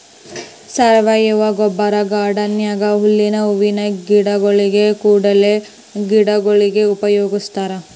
ಸಾವಯವ ಗೊಬ್ಬರನ ಗಾರ್ಡನ್ ನ್ಯಾಗ ಹುಲ್ಲಿಗೆ, ಹೂವಿನ ಗಿಡಗೊಳಿಗೆ, ಕುಂಡಲೆ ಗಿಡಗೊಳಿಗೆ ಉಪಯೋಗಸ್ತಾರ